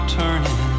turning